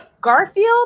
Garfield